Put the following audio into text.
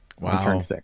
Wow